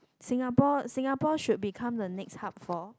Singapore Singapore should become the next hub for